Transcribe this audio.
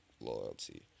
loyalty